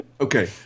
Okay